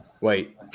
Wait